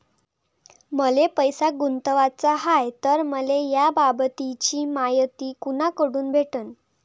मले पैसा गुंतवाचा हाय तर मले याबाबतीची मायती कुनाकडून भेटन?